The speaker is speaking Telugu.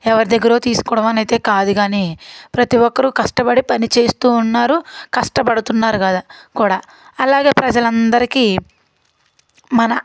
ఎవరి దగ్గరో తీసుకోవడం అనేది కాదు కానీ ప్రతీ ఒక్కరు కష్టపడి పని చేస్తూ ఉన్నారు కష్టపడుతున్నారు కదా కూడా అలాగే ప్రజలు అందరికీ మన